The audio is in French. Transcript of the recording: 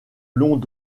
longs